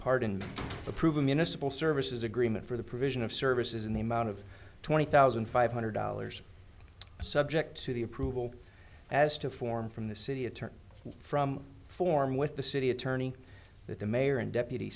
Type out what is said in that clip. approve a municipal services agreement for the provision of services in the amount of twenty thousand five hundred dollars subject to the approval as to form from the city attorney from form with the city attorney with the mayor and deputy